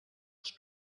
els